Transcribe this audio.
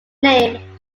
name